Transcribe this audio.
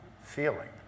feeling